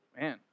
man